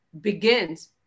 begins